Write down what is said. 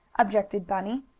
objected bunny.